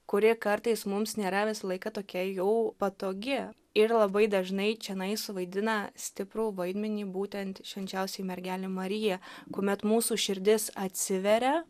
kuri kartais mums nėra visą laiką tokia jau patogi ir labai dažnai čionai suvaidina stiprų vaidmenį būtent švenčiausioji mergelė marija kuomet mūsų širdis atsiveria